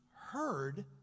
heard